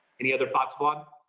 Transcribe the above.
any other thoughts, vlad?